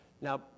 Now